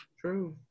True